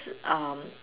um